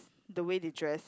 the way they dress